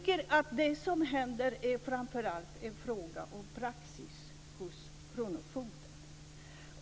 Det som händer är, tycker jag, framför allt en fråga om praxis hos kronofogden.